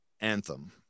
Anthem